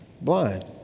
blind